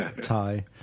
tie